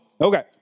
Okay